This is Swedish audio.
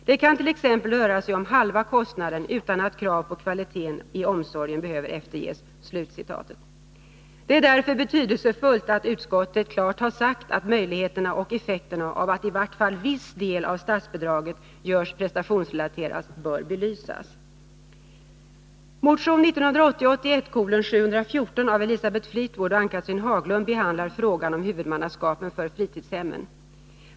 Det kant.ex. röra sig om halva kostnaden utan att krav på kvaliteten i omsorgen behöver efter Det är därför betydelsefullt att utskottet klart har sagt att möjligheterna och effekterna av att i vart fall viss del av statsbidraget görs prestationsrelaterad bör belysas. Motion 1980/81:714 av Elisabeth Fleetwood och Ann-Cathrine Haglund behandlar frågan om huvudmannaskapet för fritidshemmen.